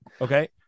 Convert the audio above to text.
Okay